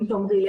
אם תאמרי לי.